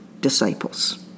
Disciples